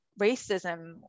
racism